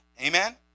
Amen